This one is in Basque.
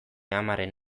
amaren